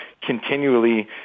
continually